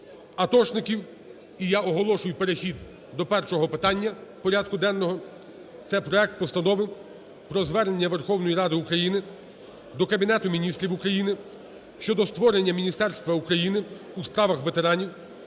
І я оголошую перехід до першого питання порядку денного, це проект Постанови про Звернення Верховної Ради України до Кабінету Міністрів України щодо створення Міністерства України у справах ветеранів